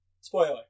spoiler